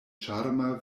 ĉarma